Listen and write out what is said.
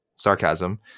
Sarcasm